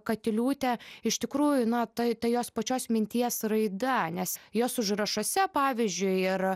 katiliūtė iš tikrųjų na ta ta jos pačios minties raida nes jos užrašuose pavyzdžiui ir